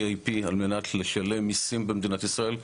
IP על מנת לשלם מיסים במדינת ישראל,